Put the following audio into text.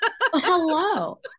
Hello